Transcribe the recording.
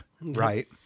right